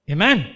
Amen